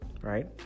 right